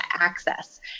access